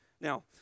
Now